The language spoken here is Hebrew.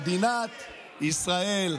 למדינת ישראל.